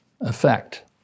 effect